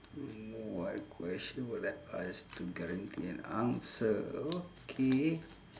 what question would I ask to guarantee an answer okay